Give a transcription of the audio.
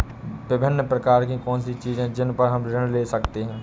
विभिन्न प्रकार की कौन सी चीजें हैं जिन पर हम ऋण ले सकते हैं?